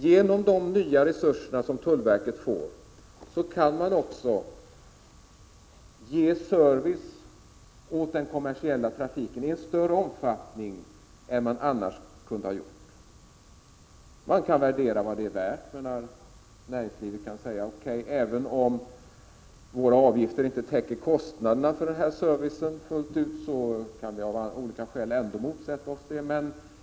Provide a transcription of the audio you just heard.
Genom de nya resurser som tullverket får kan det också ge bättre service till den kommersiella trafiken. Man kan göra olika värderingar av detta. Näringslivet kan säga, att även om deras avgifter inte täcker kostnaderna fullt ut för denna service, kan det ändå av olika skäl motsätta sig det.